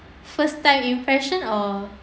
first time impression or